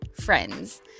Friends